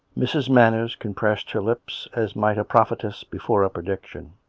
mrs. manners compressed her lips, as might a proph etess before a prediction.